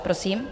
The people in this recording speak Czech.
Prosím.